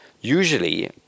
usually